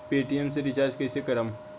Paytm से recharge कईसे करम?